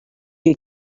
you